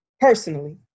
personally